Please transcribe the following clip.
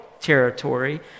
territory